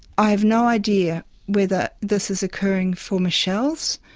i have no idea whether this is occurring for michelle's,